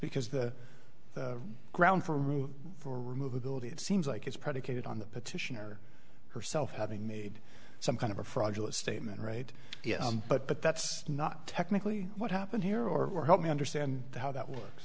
because the ground for room for move ability it seems like it's predicated on the petitioner herself having made some kind of a fraudulent statement right but that's not technically what happened here or help me understand how that works